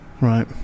Right